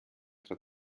tra